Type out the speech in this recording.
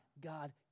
God